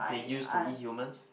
they used to eat humans